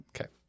Okay